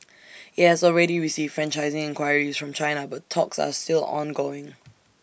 IT has already received franchising enquiries from China but talks are still ongoing